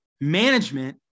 management